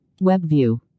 WebView